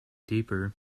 deeper